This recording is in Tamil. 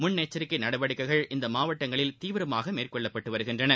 முன்னெச்சிக்கைநடவடிக்கைகள் இந்தமாவட்டங்களில் தீவிரமாகமேற்கொள்ளப்பட்டுவருகின்றன